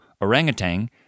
orangutan